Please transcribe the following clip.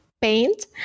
paint